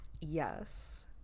Yes